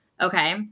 okay